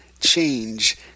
change